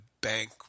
bank